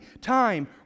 time